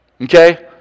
Okay